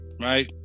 right